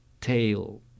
tail